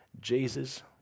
Jesus